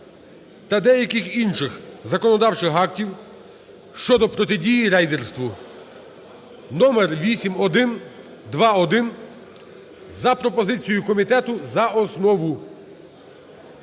та деяких інших законодавчих актів щодо протидії рейдерству (№ 8121) за пропозицією комітету за основу.